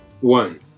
One